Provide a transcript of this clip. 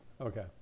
Okay